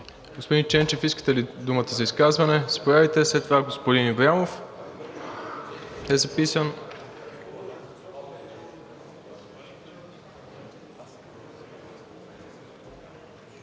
Господин Ченчев, искате ли думата за изказване? Заповядайте. След това господин Ибрямов е записан.